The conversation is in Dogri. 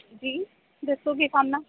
जी दस्सो केह् कम्म ऐ